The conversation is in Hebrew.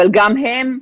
אבל גם הם,